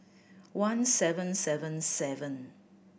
one seven seven seven